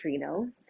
neutrinos